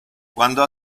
quando